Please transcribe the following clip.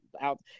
out